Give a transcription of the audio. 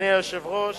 אדוני היושב-ראש,